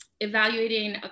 evaluating